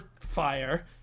fire